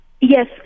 Yes